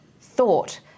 thought